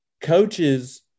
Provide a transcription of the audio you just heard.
coaches